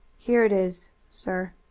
here it is, sir,